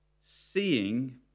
seeing